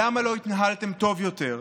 למה לא התנהלתם טוב יותר?